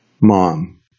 mom